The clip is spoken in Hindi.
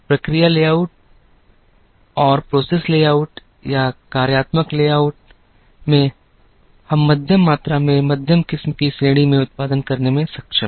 प्रक्रिया लेआउट या कार्यात्मक लेआउट में हम मध्यम मात्रा में मध्यम किस्म की श्रेणी में उत्पादन करने में सक्षम हैं